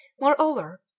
Moreover